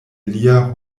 lia